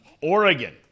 Oregon